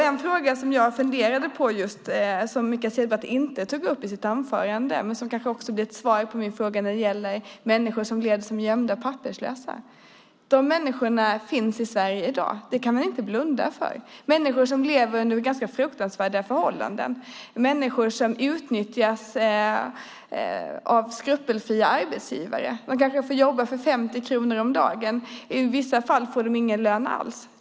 En fråga som jag funderade på men som Mikael Cederbratt inte tog upp i sitt anförande - det kanske blir svaret på min fråga - gäller människor som lever som gömda och papperslösa. De människorna finns i Sverige i dag - det kan man inte blunda för. Det är människor som lever under ganska fruktansvärda förhållanden, människor som utnyttjas av skrupelfria arbetsgivare. De kanske får jobba för 50 kronor om dagen, och i vissa fall får de ingen lön alls.